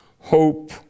hope